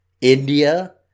India